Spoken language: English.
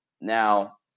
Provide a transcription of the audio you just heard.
now